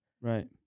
right